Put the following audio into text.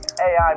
AI